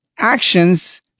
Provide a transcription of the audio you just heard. actions